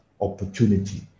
opportunity